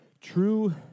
True